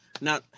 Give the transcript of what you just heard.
now